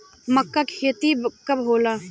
मक्का के खेती कब होला?